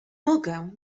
mogę